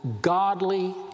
godly